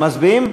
מצביעים?